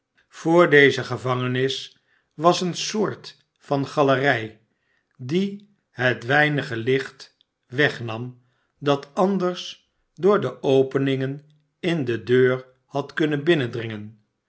voor deze gevangenis was eene soort van galerij die het weinige licht wegnam dat anders door de openingen in de deur had kunnen binnendringen